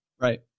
right